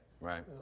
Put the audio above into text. Right